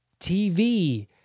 TV